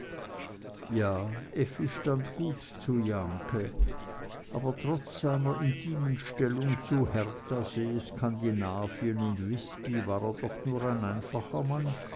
ja effi stand gut zu jahnke aber trotz seiner intimen stellung zu herthasee skandinavien und wisby war er doch nur ein einfacher mann